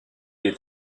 est